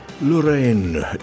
Lorraine